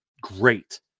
great